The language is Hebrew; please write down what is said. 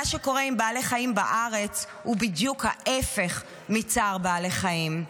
מה שקורה עם בעלי חיים בארץ הוא בדיוק ההפך מצער בעלי חיים.